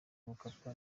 mkapa